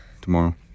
tomorrow